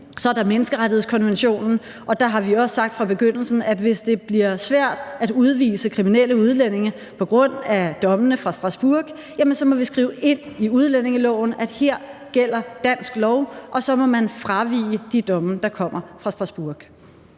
Så er der menneskerettighedskonventionen, og der har vi også sagt fra begyndelsen, at hvis det bliver svært at udvise kriminelle udlændinge på grund af dommene fra Strasbourg, jamen så må vi skrive ind i udlændingeloven, at her gælder dansk lov, og så må man fravige de domme, der kommer fra Strasbourg.